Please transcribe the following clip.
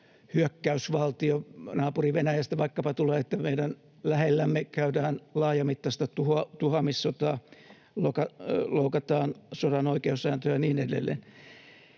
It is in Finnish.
vaikkapa valtionaapuri-Venäjästä tulee, että meidän lähellämme käydään laajamittaista tuhoamissotaa, loukataan sodan oikeussääntöä ja niin edelleen.